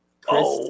Chris